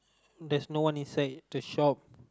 there's no one inside the shop